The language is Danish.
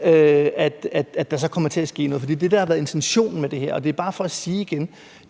at jeg kan få den slags at vide. Det er det, der har været intentionen med det her. Det er bare for igen at sige, at